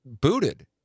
booted